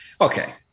okay